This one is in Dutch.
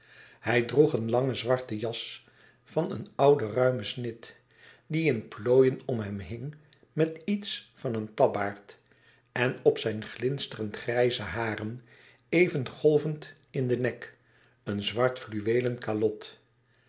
droeg een lange zwarte jas van een ouden ruimen snit die in plooien om hem hing met iets van een tabbaard en op zijn glinsterend grijze haren even golvend in den nek een zwart fluweelen kalot